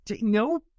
No